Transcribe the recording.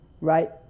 right